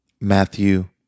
Matthew